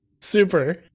Super